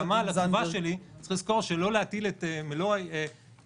בהקדמה לתשובה שלי צריך לזכור שלא להטיל את מלוא יהבכם,